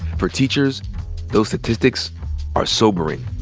for teachers those statistics are sobering.